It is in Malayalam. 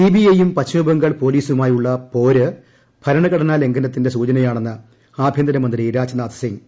സിബിഐ യും പശ്ചിമ്പ്പ്ംഗാൾ പൊലീസുമായുള്ള പോര് ഭരണഘടനാശ്ലുംഘനത്തിന്റെ സൂചനയാണെന്ന് ആഭ്യന്തരമന്ത്രി രാജ്നാഥ് സിംഗ്